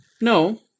no